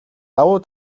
давуу